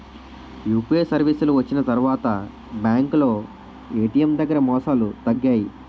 UPI సర్వీసులు వచ్చిన తర్వాత బ్యాంకులో ఏటీఎం దగ్గర మోసాలు తగ్గాయి